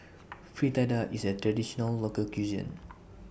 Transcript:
Fritada IS A Traditional Local Cuisine